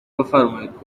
بفرمایید